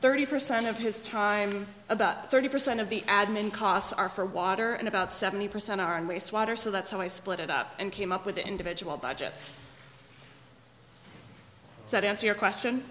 thirty percent of his time about thirty percent of the admin costs are for water and about seventy percent are in wastewater so that's how i split it up and came up with the individual budgets that answer your question